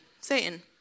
Satan